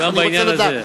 גם בעניין הזה.